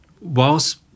whilst